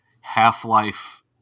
half-life